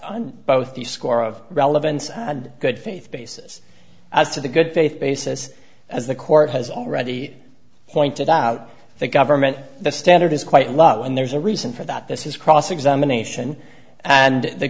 on both the score of relevance and good faith basis as to the good faith basis as the court has already pointed out the government the standard is quite lovely and there's a reason for that this is cross examination and the